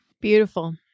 Beautiful